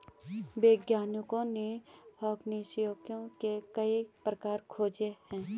वैज्ञानिकों ने एयरोफोनिक्स के कई प्रकार खोजे हैं